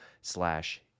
slash